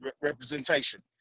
representation